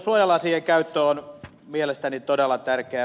suojalasien käyttö on mielestäni todella tärkeää